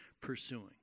pursuing